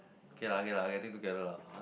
okay lah okay lah okay think together lah !huh!